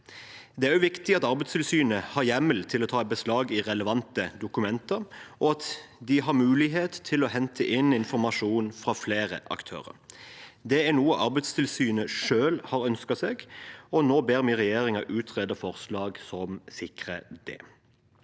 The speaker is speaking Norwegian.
Det er også viktig at Arbeidstilsynet har hjemmel til å ta beslag i relevante dokumenter, og at de har mulighet til å hente inn informasjon fra flere aktører. Det er noe Arbeidstilsynet selv har ønsket seg, og nå ber vi regjeringen utrede forslag som sikrer det.